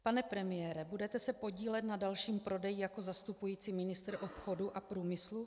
Pane premiére, budete se podílet na dalším prodeji jako zastupující ministr obchodu a průmyslu?